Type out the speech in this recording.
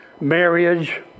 marriage